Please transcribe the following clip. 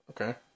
Okay